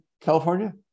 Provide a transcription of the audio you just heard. California